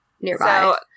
nearby